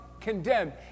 condemned